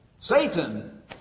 Satan